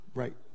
right